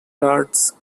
guards